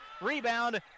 rebound